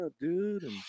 dude